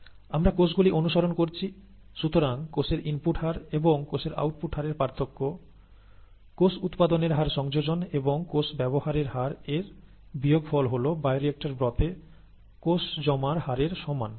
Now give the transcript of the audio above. আমরা কোষগুলি অনুসরণ করছি সুতরাং কোষের ইনপুট হার এবং কোষের আউটপুট হারের পার্থক্য কোষ উৎপাদনের হার সংযোজন এবং কোষ ব্যবহারের হার এর বিয়োগফল হল বায়োরিক্টর ব্রথে কোষ জমার হারের সমান